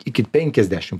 iki penkiasdešim